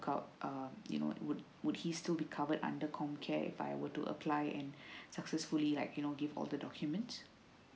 out you know it would would he still be covered under com care if I were to apply and successfully like you know give all the documents